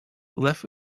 left